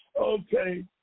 okay